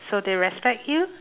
so they respect you